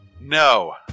No